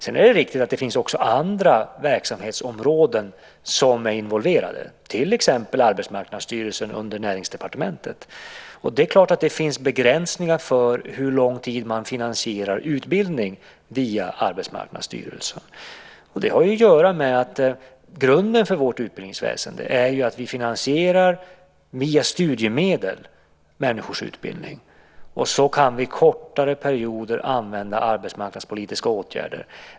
Det är riktigt att det finns andra verksamhetsområden som är involverade, till exempel Arbetsmarknadsstyrelsen under Näringsdepartementet. Det finns självfallet begränsningar för hur lång tid man finansierar utbildning via Arbetsmarknadsstyrelsen. Det har att göra med att grunden för vårt utbildningsväsende är att vi via studiemedel finansierar människors utbildning, och så kan vi under kortare perioder använda arbetsmarknadspolitiska åtgärder.